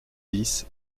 vices